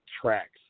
tracks